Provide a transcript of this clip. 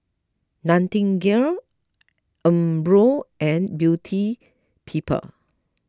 Nightingale Umbro and Beauty People